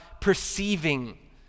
perceiving